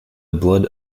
blood